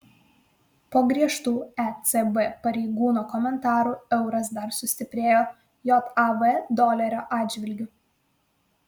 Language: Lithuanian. po griežtų ecb pareigūno komentarų euras dar sustiprėjo jav dolerio atžvilgiu